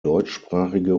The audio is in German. deutschsprachige